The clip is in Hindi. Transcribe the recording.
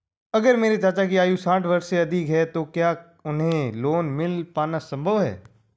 अगर मेरे चाचा की आयु साठ वर्ष से अधिक है तो क्या उन्हें लोन मिल पाना संभव है?